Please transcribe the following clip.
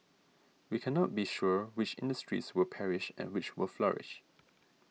we cannot be sure which industries will perish and which will flourish